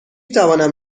توانم